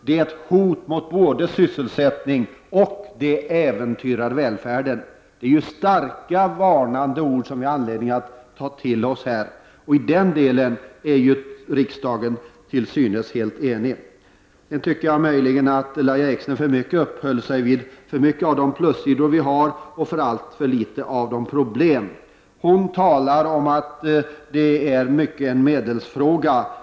Detta är ett hot mot sysselsättningen, och det hotar välfärden. Detta är starka varnande ord som vi har anledning att ta åt oss av här. I den delen är riksdagen till synes helt enig. Jag tycker möjligen att Lahja Exner alltför mycket uppehöll sig kring de plussidor vi har och alltför litet kring problemen. Hon talade om att detta i mycket är en medelsfråga.